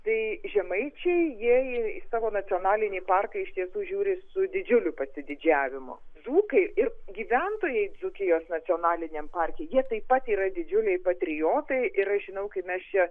tai žemaičiai jie į savo nacionalinį parką iš tiesų žiūri su didžiuliu pasididžiavimu dzūkai ir gyventojai dzūkijos nacionaliniam parke jie taip pat yra didžiuliai patriotai ir aš žinau kai mes čia